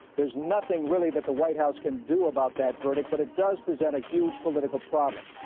there's nothing really that the white house can do about that verdict but it does present a huge political problem.